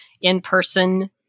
in-person